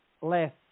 less